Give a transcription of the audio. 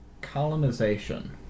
Colonization